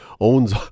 owns